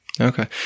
Okay